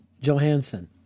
Johansson